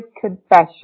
confession